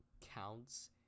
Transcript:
counts